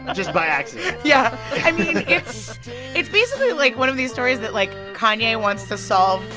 just by accident yeah. i mean, it's it's basically, like, one of these stories that, like, kanye wants to solve,